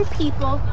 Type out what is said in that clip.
people